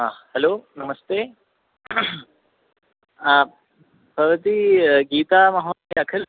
हा हलो नमस्ते भवती गीता महोदया खलु